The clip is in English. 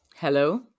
Hello